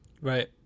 Right